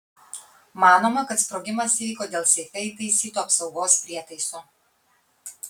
manoma kad sprogimas įvyko dėl seife įtaisyto apsaugos prietaiso